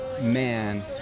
man